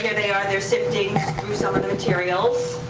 yeah they are. they're sifting through some of the materials.